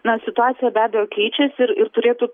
na situacija be abejo keičiasi ir ir turėtų